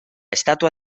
estatua